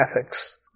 ethics